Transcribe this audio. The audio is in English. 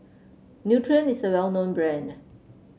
Nutren is a well known brand